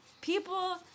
people